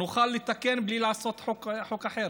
נוכל לתקן בלי לעשות חוק אחר.